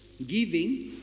Giving